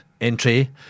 entry